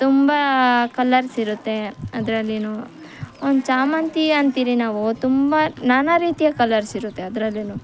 ತುಂಬ ಕಲರ್ಸ್ ಇರುತ್ತೆ ಅದ್ರಲ್ಲಿಯು ಒಂದು ಸೇವಂತಿಗೆ ಅಂತಿರಿ ನಾವು ತುಂಬ ನಾನಾ ರೀತಿಯ ಕಲರ್ಸ್ ಇರುತ್ತೆ ಅದ್ರಲ್ಲಿಯು